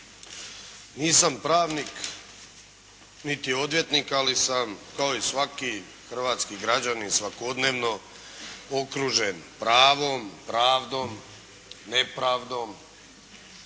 Nisam pravnik, niti odvjetnik, ali sam kao i svaki hrvatski građanin svakodnevno okružen pravom, pravdom, nepravdom,